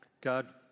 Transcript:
God